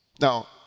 now